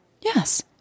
Yes